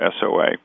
SOA